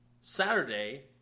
Saturday